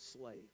slave